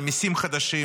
על מיסים חדשים,